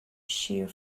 shear